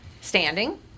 standing